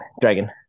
dragon